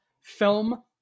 film